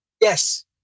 Yes